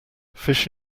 fish